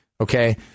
okay